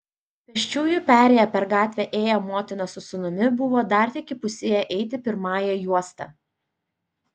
pėsčiųjų perėja per gatvę ėję motina su sūnumi buvo dar tik įpusėję eiti pirmąja juosta